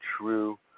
true